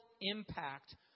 impact